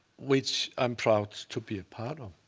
which i'm proud to be a part of.